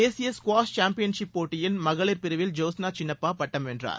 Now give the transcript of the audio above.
தேசிய squash championship போட்டியில் மகளிர் பிரிவில் ஜோஸ்னா சின்னப்பா பட்டம் வென்றார்